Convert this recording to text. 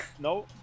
no